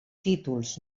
títols